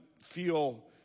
feel